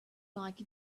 like